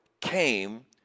came